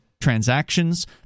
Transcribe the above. transactions